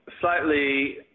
slightly